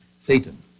Satan